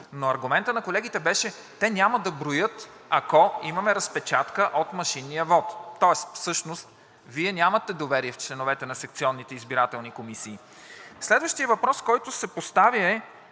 но аргументът на колегите беше: „Те няма да броят, ако имаме разпечатка от машинния вот“, тоест всъщност Вие нямате доверие в членовете на секционните избирателни комисии. Следващият въпрос, който се поставя,